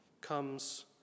comes